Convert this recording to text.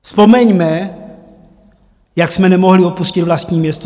Vzpomeňme, jak jsme nemohli opustit vlastní město.